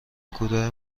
کوتاه